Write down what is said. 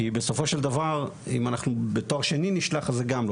כי בסופו של דבר אם אנחנו בתואר שני נשלח אז זה גם לא.